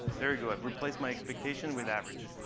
there, you have replaced my expectation with average.